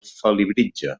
felibritge